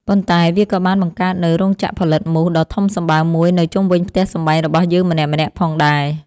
ប៉ុន្តែវាក៏បានបង្កើតនូវ រោងចក្រផលិតមូស ដ៏ធំសម្បើមមួយនៅជុំវិញផ្ទះសម្បែងរបស់យើងម្នាក់ៗផងដែរ។